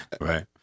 Right